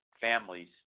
families